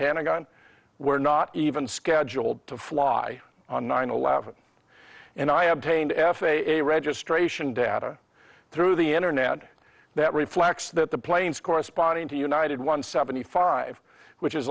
pentagon were not even scheduled to fly on nine eleven and i obtained f a a registration data through the internet that reflects that the planes corresponding to united one seventy five which is